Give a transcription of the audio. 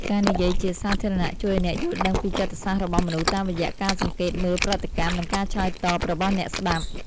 ការនិយាយជាសាធារណៈជួយឱ្យអ្នកយល់ដឹងពីចិត្តសាស្ត្ររបស់មនុស្ស តាមរយៈការសង្កេតមើលប្រតិកម្ម និងការឆ្លើយតបរបស់អ្នកស្ដាប់។